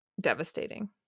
devastating